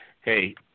Hey